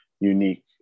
unique